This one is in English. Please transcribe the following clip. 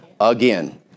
again